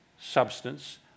substance